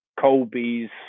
Colby's